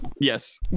Yes